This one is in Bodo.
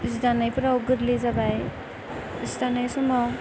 सि दानायफोराव गोरलै जाबाय सि दानाय समाव